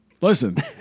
listen